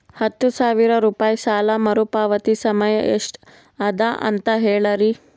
ಹತ್ತು ಸಾವಿರ ರೂಪಾಯಿ ಸಾಲ ಮರುಪಾವತಿ ಸಮಯ ಎಷ್ಟ ಅದ ಅಂತ ಹೇಳರಿ?